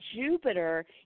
Jupiter